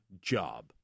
job